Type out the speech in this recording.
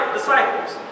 disciples